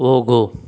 ಹೋಗು